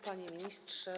Panie Ministrze!